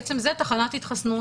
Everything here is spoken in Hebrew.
זאת בעצם תחנת התחסנות.